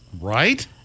Right